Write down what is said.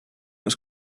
was